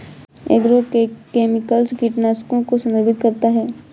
agrochemicals कीटनाशकों को संदर्भित करता है